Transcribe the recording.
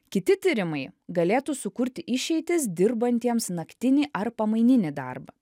kiti tyrimai galėtų sukurti išeitis dirbantiems naktinį ar pamaininį darbą